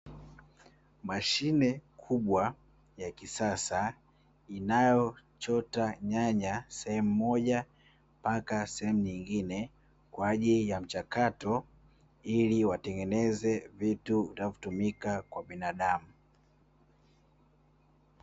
Mashine kubwa ya kisasa inayochota nyanya sehemu moja mpaka sehemu nyingine kwa ajili ya mchakato, ili watengeneze vitu vitakavyotumika kwa binadamu.